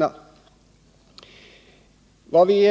Vi har i